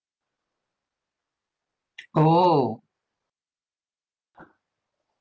oh